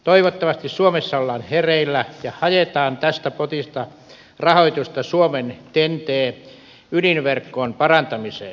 toivottavasti suomessa ollaan hereillä ja haetaan tästä potista rahoitusta suomen ten t ydinverkon parantamiseen